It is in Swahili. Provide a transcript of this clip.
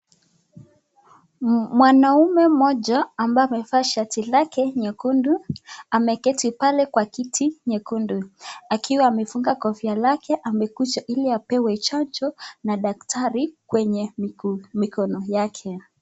Mwanaume mmoja ambaye amevaa shati lake nyekundu ameketi pale kwa kiti nyekundu. Akiwa amefunga kofia lake amekuja ili apewe chanjo na daktari kwenye mikono yake.